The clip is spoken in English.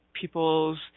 people's